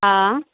हा